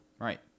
right